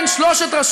לא אמרנו שלא.